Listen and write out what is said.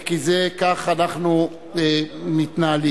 כי כך אנחנו מתנהלים.